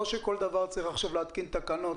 לא שכל דבר צריך עכשיו להתקין תקנות,